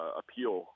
appeal